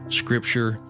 scripture